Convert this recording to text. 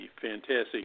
fantastic